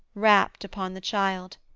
rapt upon the child.